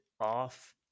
off